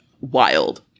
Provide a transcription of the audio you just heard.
wild